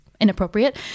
inappropriate